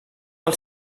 del